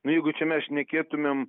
jeigu čia mes šnekėtumėm